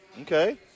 Okay